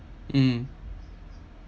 mm